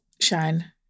shine